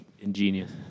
ingenious